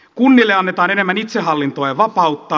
kunnille annetaan enemmän itsehallintoa ja vapautta